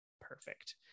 perfect